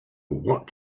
what